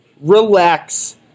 relax